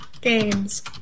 Games